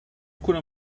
kunna